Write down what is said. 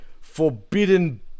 Forbidden